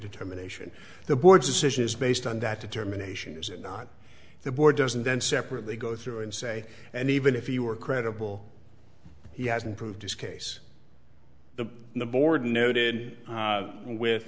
determination the board's decision is based on that determination is it not the board doesn't then separately go through and say and even if you were credible he has improved his case the the board noted with